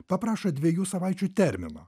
paprašo dviejų savaičių termino